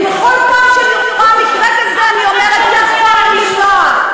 כי בכל פעם שאני רואה מקרה כזה אני אומרת שיכולנו למנוע.